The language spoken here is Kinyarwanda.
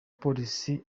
polisi